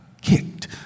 kicked